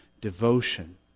devotion